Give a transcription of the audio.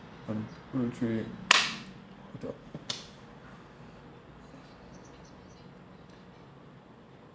one two three hotel